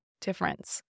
difference